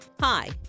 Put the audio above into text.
Hi